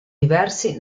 diversi